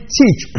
teach